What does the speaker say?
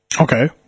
Okay